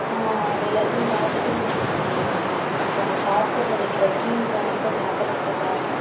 எல்லாத்தையும் பார்த்துட்டு நாங்கள் வந்தோம் அப்புறம் அங்கே சாப்பிடுறது ட்ரெக்கிங் போன அப்போ சாப்பிட்றதுக்காக